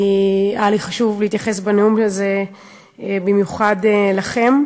כי היה לי חשוב להתייחס בנאום הזה במיוחד לכם.